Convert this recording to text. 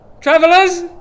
travelers